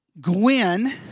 Gwen